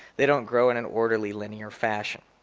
they don't grow in an orderly linear fashion.